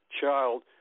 child